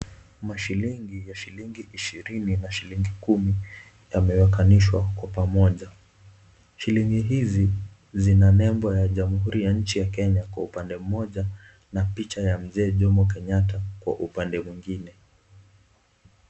Mashilingi ya shilingi ishirini na shilingi kumi yamewekanishwa kwa pamoja. Shilingi hizi zina nembo ya jamhuri ya nchi ya Kenya kwa upande mmoja na picha ya Mzee Jomo Kenyatta kwa upande mwingine.